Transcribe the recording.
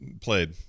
played